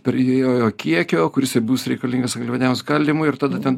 prie jojo kiekio kur jisai bus reikalingas angliavandenių skaldymui ir tada ten